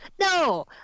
No